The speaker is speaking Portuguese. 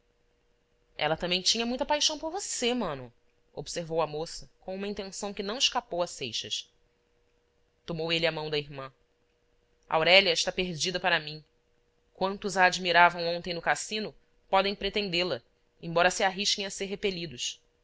ela também tinha muita paixão por você mano observou a moça com uma intenção que não escapou a seixas tomou ele a mão da irmã aurélia está perdida para mim quantos a admiravam ontem no cassino podem pretendê la embora se arrisquem a ser repelidos